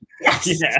yes